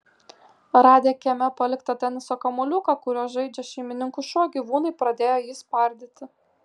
radę kieme paliktą teniso kamuoliuką kuriuo žaidžia šeimininkų šuo gyvūnai pradėjo jį spardyti